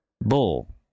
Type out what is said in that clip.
bull